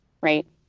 Right